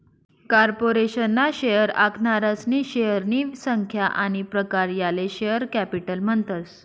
corporation ना share आखनारासनी शेअरनी संख्या आनी प्रकार याले शेअर कॅपिटल म्हणतस